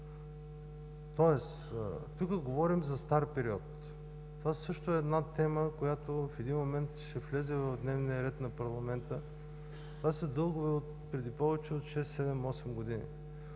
тоест тук говорим за стар период. Това също е една тема, която в един момент ще влезе в дневния ред на парламента. Това са дългове отпреди повече от шест, седем,